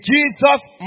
Jesus